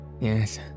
Yes